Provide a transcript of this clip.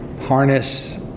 harness